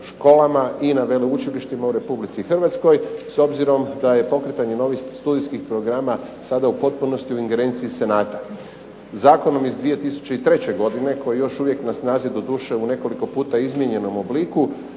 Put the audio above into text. i na veleučilištima u Republici Hrvatskoj, s obzirom da je pokretanje novih studijskih programa sada u potpunosti u ingerenciji Senata. Zakonom iz 2003. godine koji je još uvijek na snazi doduše u nekoliko puta izmijenjenom obliku,